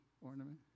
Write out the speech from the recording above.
ornament